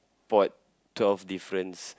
spot twelve difference